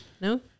No